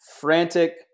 frantic